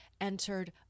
entered